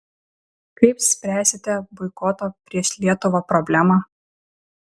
kaip spręsite boikoto prieš lietuvą problemą